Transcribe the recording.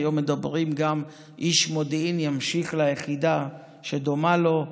והיום מדברים גם שאיש מודיעין ימשיך ליחידה שדומה לו,